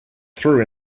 through